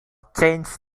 changed